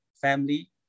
family